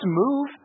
move